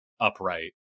upright